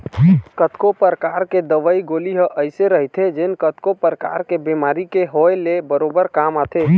कतको परकार के दवई गोली ह अइसे रहिथे जेन कतको परकार के बेमारी के होय ले बरोबर काम आथे